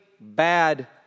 bad